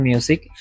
Music